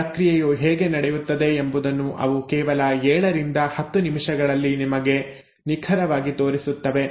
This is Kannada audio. ಪ್ರಕ್ರಿಯೆಯು ಹೇಗೆ ನಡೆಯುತ್ತದೆ ಎಂಬುದನ್ನು ಅವು ಕೇವಲ 7ರಿಂದ 10 ನಿಮಿಷಗಳಲ್ಲಿ ನಿಮಗೆ ನಿಖರವಾಗಿ ತೋರಿಸುತ್ತವೆ